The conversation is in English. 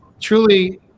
truly